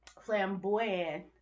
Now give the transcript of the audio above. flamboyant